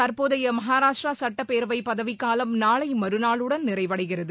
தற்போதைய மகாராஷ்டிரா சட்டப்பேரவை பதவிகாலம் நாளை மறுநாளுடன் நிறைவளடகிறது